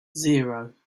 zero